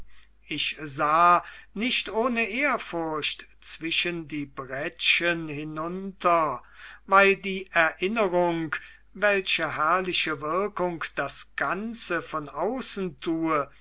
ich sah nicht ohne ehrfurcht zwischen die brettchen hinunter weil die erinnerung welche herrliche wirkung das ganze von außen tue